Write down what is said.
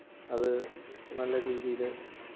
അത് നല്ല രീതിയിൽ